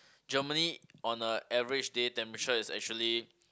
Germany on a average day temperature is actually